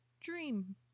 Dream